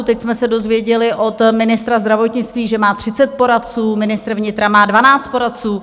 Teď jsme se dozvěděli od ministra zdravotnictví, že má 30 poradců, ministr vnitra má 12 poradců.